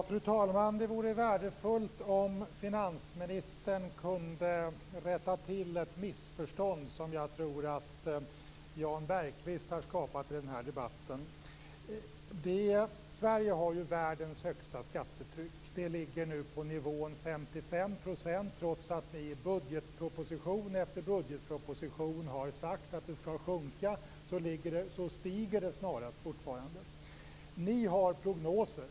Fru talman! Det vore värdefullt om finansministern kunde rätta till ett missförstånd som jag tror att Jan Bergqvist har skapat i den här debatten. Sverige har världens högsta skattetryck. Det ligger nu på nivån 55 %. Trots att det i budgetproposition efter budgetproposition har sagts att det skall sjunka stiger det snarast fortfarande. Ni har prognoser.